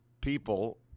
people